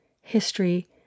history